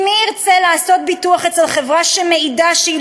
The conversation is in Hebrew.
כי מ׳ ירצה לעשות ביטוח אצל חברה שמעידה שהיא